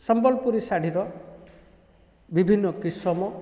ସମ୍ବଲପୁରୀ ଶାଢ଼ୀର ବିଭିନ୍ନ କିସମ